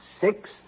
six